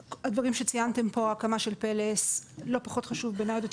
הדברים שציינתם פה ההקמה של "פלס" לא פחות חשובה בעיניי ויותר